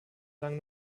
lang